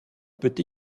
peut